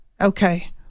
okay